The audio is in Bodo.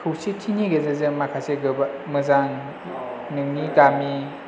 खौसेथिनि गेजेरजों माखासे गोबा मोजां नोंनि गामि